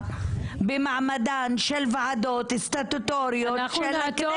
במעמדן של ועדות סטטוטוריות של הכנסת?